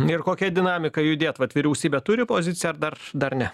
ir kokia dinamika judėt vat vyriausybė turi poziciją ar dar dar ne